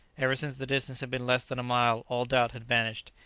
ever since the distance had been less than a mile all doubt had vanished,